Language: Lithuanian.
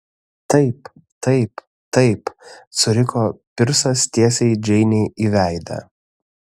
taip taip taip suriko pirsas tiesiai džeinei į veidą